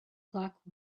clock